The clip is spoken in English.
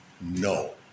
No